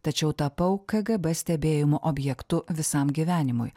tačiau tapau kgb stebėjimo objektu visam gyvenimui